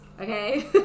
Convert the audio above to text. okay